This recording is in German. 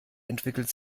entwickelt